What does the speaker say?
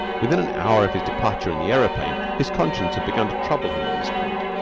within an hour of his departure in the aeroplane, his conscience had begun to trouble him on this point.